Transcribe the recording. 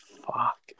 fuck